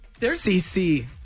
CC